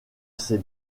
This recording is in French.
ces